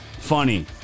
funny